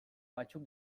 batzuk